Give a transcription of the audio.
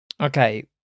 Okay